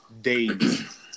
days